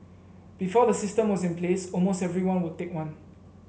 before the system was in place almost everyone would take one